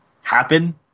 happen